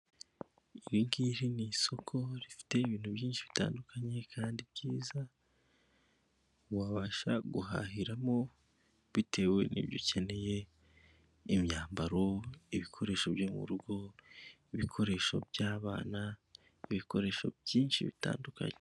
Iri ngiri ni isoko rifite ibintu byinshi bitandukanye kandi byiza, wabasha guhahiramo bitewe n'ibyo ukeneye, imyambaro, ibikoresho byo mu rugo, ibikoresho by'abana, ibikoresho byinshi bitandukanye.